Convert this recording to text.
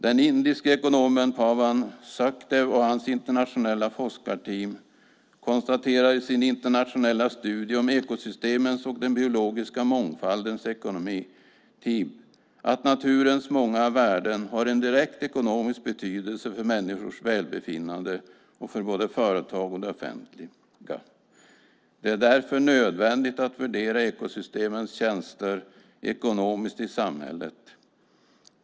Den indiske ekonomen Pavan Sukhdev och hans internationella forskarteam konstaterar i sin internationella studie om ekosystemens och den biologiska mångfaldens ekonomi, TEEB, att naturens många värden har en direkt ekonomisk betydelse för människors välbefinnande och för både företag och det offentliga. Det är därför nödvändigt att värdera ekosystemens tjänster ekonomiskt i samhället.